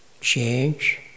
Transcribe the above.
change